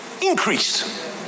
Increase